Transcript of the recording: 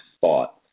thought